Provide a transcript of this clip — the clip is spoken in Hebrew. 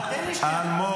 תן לי שנייה.